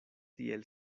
tiel